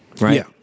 right